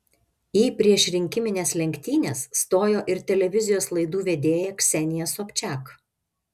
į priešrinkimines lenktynes stojo ir televizijos laidų vedėja ksenija sobčiak